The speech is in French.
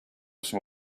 son